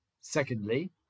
Secondly